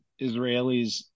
Israelis